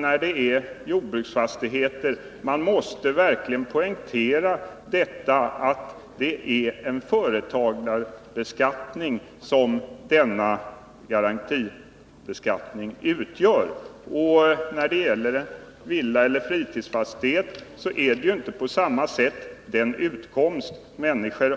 När det gäller jordbruksfastigheter måste man verkligen poängtera att denna garantibeskattning utgör en företagarbeskattning. När det gäller villaeller fritidsfastigheter tas garantibeskattningen inte på samma sätt ur människors